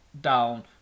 down